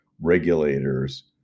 regulators